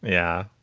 yeah,